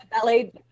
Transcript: ballet